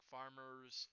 Farmer's